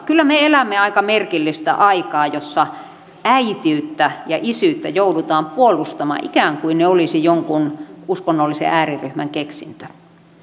kyllä me elämme aika merkillistä aikaa jossa äitiyttä ja isyyttä joudutaan puolustamaan ikään kuin ne olisivat jonkun uskonnollisen ääriryhmän keksintö